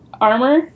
armor